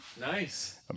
Nice